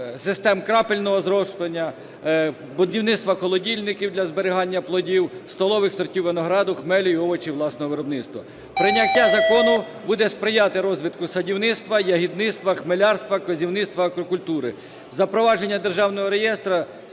систем крапельного зрощення, будівництва холодильників для зберігання плодів, столових сортів винограду, хмелю і овочів власного виробництва. Прийняття закону буде сприяти розвитку садівництва, ягідництва, хмелярства, козівництва, аквакультури. Запровадження Державного реєстру